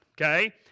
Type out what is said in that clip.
okay